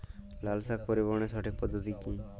লালশাক পরিবহনের সঠিক পদ্ধতি কি?